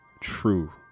True